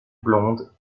blonde